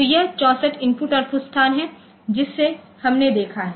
तो यह 64 IO स्थान है जिसे हमने देखा है